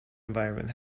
environment